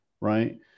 right